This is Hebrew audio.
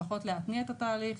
לפחות להתניע את התהליך,